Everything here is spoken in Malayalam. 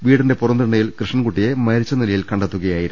പ്രിടിന്റെ പുറംതിണ്ണയിൽ കൃഷ്ണൻകുട്ടിയെ മരിച്ച നിലയിൽ കണ്ടെത്തുകയായിരുന്നു